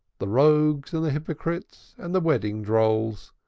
the rogues and the hypocrites, and the wedding-drolls,